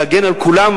להגן על כולם,